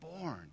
born